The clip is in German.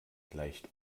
gleicht